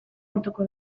urtuko